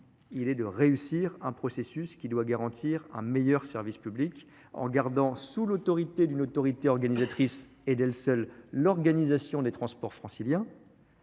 simple : réussir un processus qui doit garantir un meilleur service public, en conservant sous l’autorité d’une autorité organisatrice, et d’elle seule, l’organisation des transports franciliens.